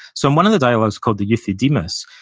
so, in one of the dialogues, called the euthydemus,